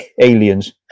Aliens